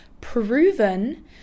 proven